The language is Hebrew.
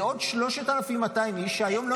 זה עוד 3,200 איש שהיום לא מתגייסים.